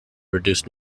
reduced